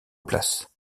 place